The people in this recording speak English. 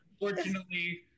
unfortunately